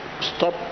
stop